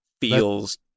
feels